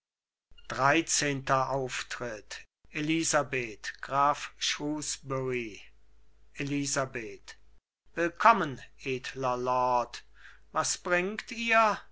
geht ab elisabeth graf shrewsbury elisabeth willkommen edler lord was bringt ihr